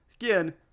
Again